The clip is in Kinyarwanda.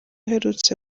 uherutse